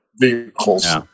vehicles